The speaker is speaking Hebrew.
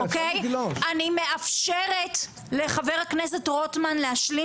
אני מאפשרת לחבר הכנסת רוטמן להשלים